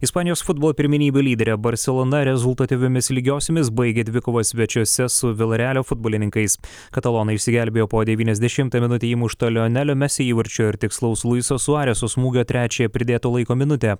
ispanijos futbolo pirmenybių lyderė barselona rezultatyviomis lygiosiomis baigė dvikovą svečiuose su vilrealio futbolininkais katalonai išsigelbėjo po devyniasdešimtą minutę įmušto lionelio mesio įvarčio ir tikslaus luiso suareso smūgio trečiąją pridėto laiko minutę